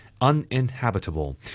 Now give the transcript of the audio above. uninhabitable